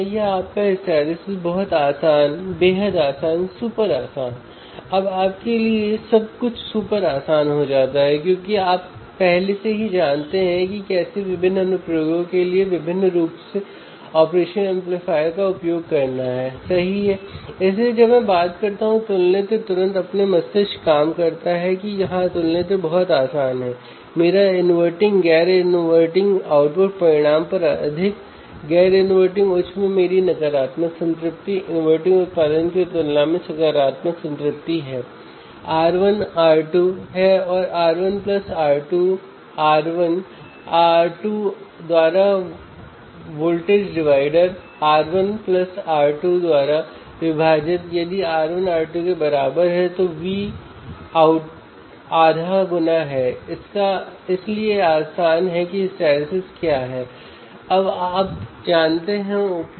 यदि आप एक इंस्ट्रूमेंटेशन एम्पलीफायर का उपयोग करते हैं तो आप इस विशेष चीज़ को कर सकते हैं इससे इंस्ट्रूमेंटेशन एम्पलीफायरों को अधिक मात्रा में नॉइज़ की उपस्थिति में एक निम्न स्तर सिग्नल के सिग्नल कंडीशनर के रूप में ऑप्टिमाइज़ करने की अनुमति मिलती है ठीक